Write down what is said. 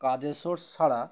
কাজের সোর্স ছাড়া